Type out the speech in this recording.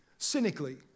cynically